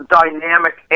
dynamic